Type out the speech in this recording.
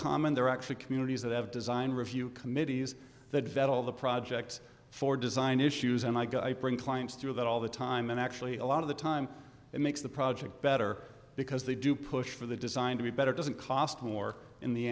common there actually communities that have design review committees that vet all the projects for design issues and i got clients through that all the time and actually a lot of the time it makes the project better because they do push for the design to be better doesn't cost more in the